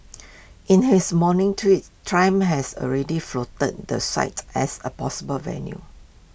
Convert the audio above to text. in his morning tweet Trump had already floated the site as A possible venue